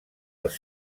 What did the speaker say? els